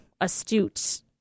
astute